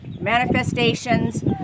manifestations